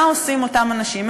מה עושים אותם אנשים?